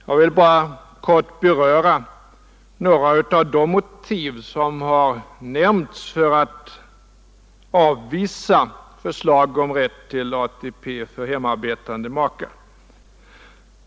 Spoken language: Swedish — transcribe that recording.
Jag vill bara kort beröra några av de motiv som har nämnts för att avvisa förslag om rätt till ATP för hemarbetande maka.